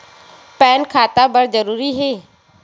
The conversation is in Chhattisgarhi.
पैन खाता बर जरूरी हे?